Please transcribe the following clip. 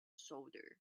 shoulder